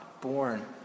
born